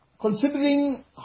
Considering